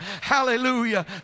hallelujah